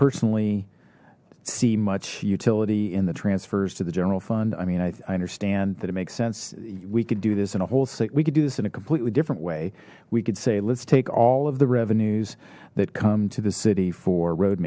personally see much utility in the transfers to the general fund i mean i understand that it makes sense we could do this in a whole city we could do this in a completely different way we could say let's take all of the revenues that come to the city for road